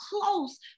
close